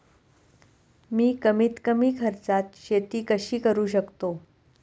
मी कमीत कमी खर्चात शेती कशी करू शकतो?